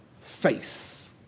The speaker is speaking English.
face